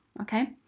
Okay